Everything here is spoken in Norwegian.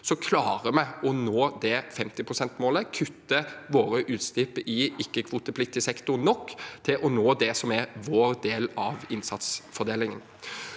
klarer vi å nå det 50-prosentmålet – kutte våre utslipp i ikke-kvotepliktig sektor nok til å nå det som er vår del av innsatsfordelingen.